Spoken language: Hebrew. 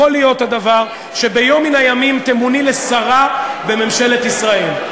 יכול להיות הדבר שביום מן הימים תמוני לשרה בממשלת ישראל,